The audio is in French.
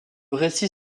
récit